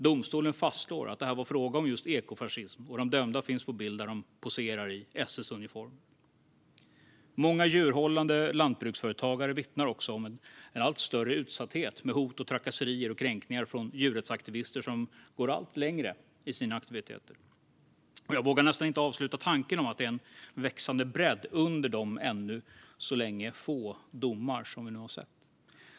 Domstolen fastslog att det var fråga om just ekofascism, och de dömda finns på bild där de poserar i SS-uniform. Många djurhållande lantbruksföretagare vittnar också om en allt större utsatthet med hot, trakasserier och kränkningar från djurrättsaktivister som går allt längre i sina aktiviteter. Jag vågar nästan inte avsluta tanken att det finns en växande bredd under de ännu så länge få domar som vi har sett.